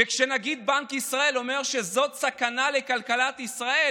וכשנגיד בנק ישראל אומר שזאת סכנה לכלכלת ישראל,